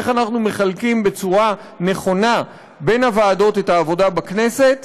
ואיך אנחנו מחלקים בצורה נכונה בין הוועדות את העבודה בכנסת,